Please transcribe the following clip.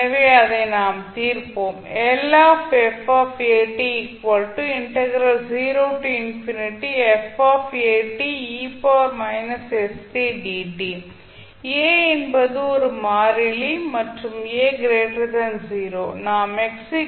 எனவே அதை நாம் தீர்ப்போம் a என்பது ஒரு மாறிலி மற்றும் a 0